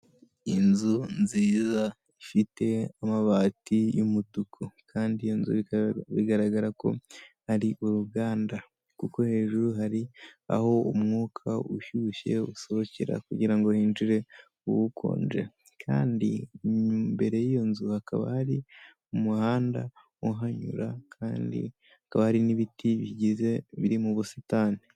Inzu nziza ifite amabati y'umutuku. kandi iiyo nzu bigaragara ko ari uruganda. Kuko hejuru hari aho umwuka ushyushye usohokera, kugirango hinjire ukonje. Kandi imbere y'iyo nzu, hakaba hari umuhanda uhanyura kandi hakaba hari n'ibiti bigize, biri mu busitani.